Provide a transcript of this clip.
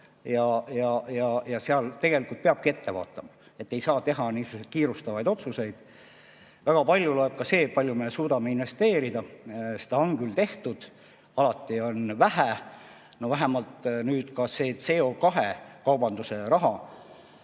Seal tegelikult peabki ette vaatama, ei saa teha niisuguseid kiirustavaid otsuseid. Väga palju loeb ka see, kui palju me suudame investeerida. Seda on küll tehtud, aga alati on vähe. Vähemalt nüüd ka seda CO2‑kaubanduse raha,